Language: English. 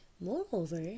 Moreover